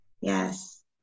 Yes